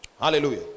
Hallelujah